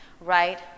right